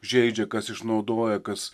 žeidžia kas išnaudoja kas